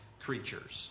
creatures